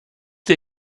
dir